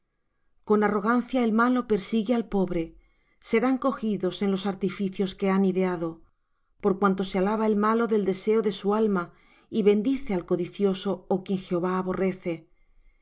con arrogancia el malo persigue al pobre serán cogidos en los artificios que han ideado por cuanto se alaba el malo del deseo de su alma y bendice al codicioso ó quien jehová aborrece el